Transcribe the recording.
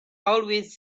always